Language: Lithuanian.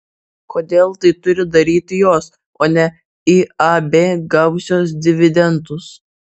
kodėl tai turi daryti jos o ne iab gavusios dividendus